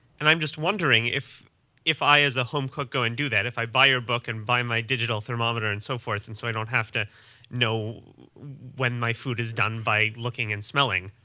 and i'm just wondering if if i, as a home cook, go and do that, if i buy your book and buy my digital thermometer and so forth, and so i don't have to know when my food is done by looking and smelling,